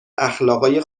اخلاقای